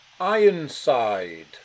Ironside